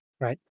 Right